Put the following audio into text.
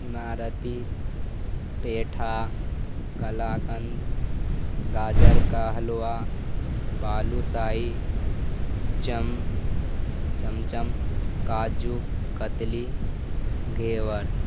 عمارتی پیٹھا کلااکند گاجر کا حلوہ بالوسائی چم چمچم کاجو کتلی گھورور